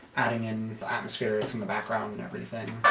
adding in the atmospheres in the background and everything